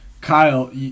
Kyle